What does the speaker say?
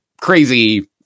crazy